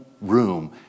room